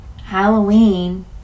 Halloween